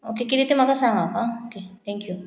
okay किदें तें म्हाका सांग थँक्यू